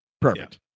Perfect